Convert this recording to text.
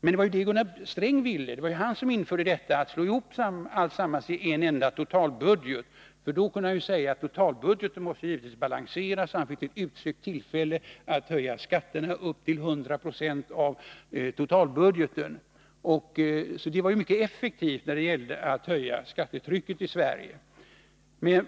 Men det var det som Gunnar Sträng ville. Det var han som slog ihop allt i en enda totalbudget. Då kunde han nämligen säga att totalbudgeten givetvis måste balanseras. Han fick då ett utsökt tillfälle att höja skatterna upp till 100 96 av totalbudgeten. Så det var effektivt när det gällde att höja skattetrycket i Sverige.